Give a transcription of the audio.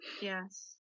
Yes